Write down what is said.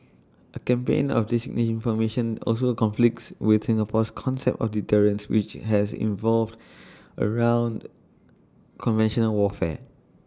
A campaign of disinformation also conflicts with Singapore's concept of deterrence which has involved around conventional warfare